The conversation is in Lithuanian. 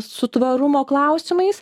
su tvarumo klausimais